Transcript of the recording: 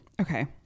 Okay